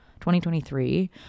2023